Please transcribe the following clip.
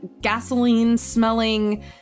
gasoline-smelling